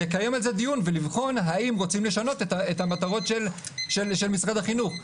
לקיים על זה דיון ולבחון האם רוצים לשנות את מטרות משרד החינוך.